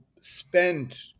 spent